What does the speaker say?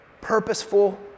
purposeful